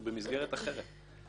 הוא במסגרת אחרת.